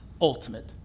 ultimate